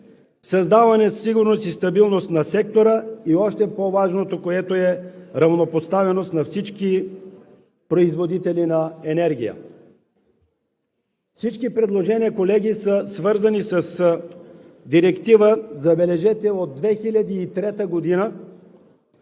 създаване сигурност и стабилност на сектора; и още по-важното, което е равнопоставеност на всички производители на енергия. Всички предложения, колеги, са свързани с Директива – забележете – от 2003 г.,